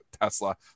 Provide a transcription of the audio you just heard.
Tesla